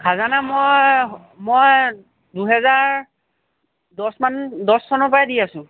খাজানা মই মই দুহেজাৰ দছমান দছ চনৰ পৰাই দি আছোঁ